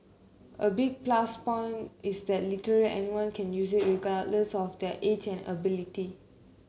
a big plus point is that literally anyone can use it regardless of their age and ability